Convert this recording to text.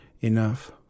enough